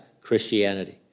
Christianity